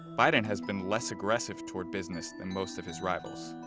biden has been less aggressive toward business than most of his rivals.